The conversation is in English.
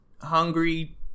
hungry